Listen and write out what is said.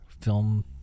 film